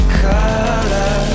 color